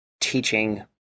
teaching